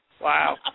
Wow